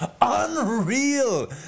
unreal